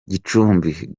gicumbi